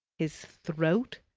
his throat,